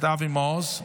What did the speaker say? אבי מעוז,